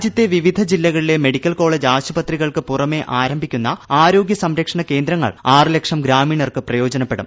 രാജ്യത്തെ വിവിധ ജില്ലകളിലെ മെഡിക്കൽ കോളേജ് ആശുപത്രികൾക്ക് പുറ്മെ ആരംഭിക്കുന്ന ആരോഗ്യ സംരക്ഷണ കേന്ദ്രങ്ങൾ ആറ് ലക്ഷ്യം ഗ്രാമീണർക്ക് പ്രയോജനപ്പെടും